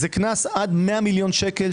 זה קנס עד 100 מיליון שקל,